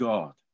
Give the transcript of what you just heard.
God